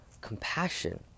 compassion